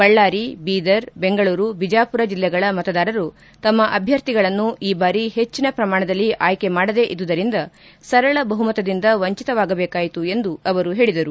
ಬಳ್ಳಾರಿ ಬೀದರ್ ಬೆಂಗಳೂರು ಬಿಜಾಪುರ ಜಿಲ್ಲೆಗಳ ಮತದಾರರು ತಮ್ಮ ಅಭ್ವರ್ಥಿಗಳನ್ನು ಈ ಬಾರಿ ಹೆಚ್ಚಿನ ಪ್ರಮಾಣ ಆಯ್ಕೆ ಮಾಡದೇ ಇದ್ದುದರಿಂದ ಹಿನ್ನಲೆಯಲ್ಲಿ ಸರಳ ಬಹುಮತದಿಂದ ವಂಚಿತವಾಗಬೇಕಾಯಿತು ಎಂದು ಹೇಳದರು